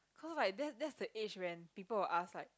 cause like that's that's the age when people will ask like